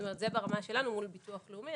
זאת אומרת, זה ברמה שלנו מול הביטוח הלאומי.